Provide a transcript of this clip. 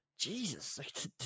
Jesus